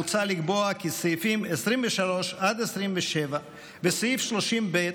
מוצע לקבוע כי סעיפים 23 עד 27 וסעיף 30(ב)